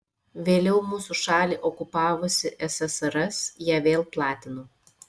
vėliau mūsų šalį okupavusi ssrs ją vėl platino